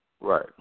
Right